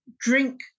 drink